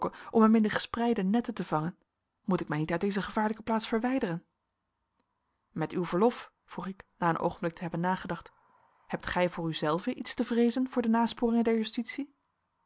om hem in de gespreide netten te vangen moet ik mij niet uit deze gevaarlijke plaats verwijderen met uw verlof vroeg ik na een oogenblik te hebben nagedacht hebt gij voor u zelve iets te vreezen voor de